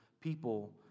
people